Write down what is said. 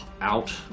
out